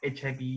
HIV